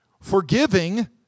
forgiving